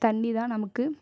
தண்ணி தான் நமக்கு